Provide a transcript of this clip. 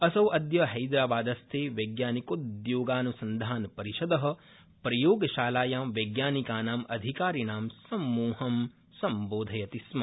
असौ अद्य हैदराबादस्थे वैज्ञानिकौद्योगिकान्संधानपरिषद प्रयोगशालायां वैज्ञानिकानाम् अधिकारिणां च समूहं सम्बोधयति स्म